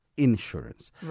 Insurance